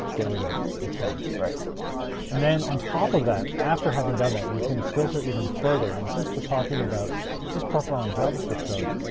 get rid of it. it's fine. and then on top of that, after having done that, you can filter even further. and since we're talking about just profiling javascript code,